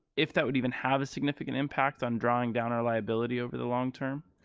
if that would even have a significant impact on drawing down our liability over the long term,